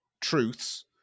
truths